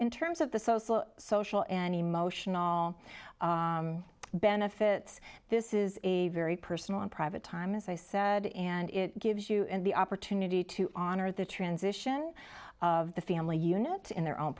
in terms of the social social and emotional benefits this is a very personal and private time as i said and it gives you the opportunity to honor the transition of the family unit in their own